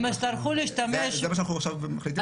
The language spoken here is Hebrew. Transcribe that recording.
הם יצטרכו להשתמש --- זה מה שאנחנו עכשיו מחליטים עליו.